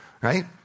Right